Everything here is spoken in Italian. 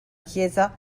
chiesa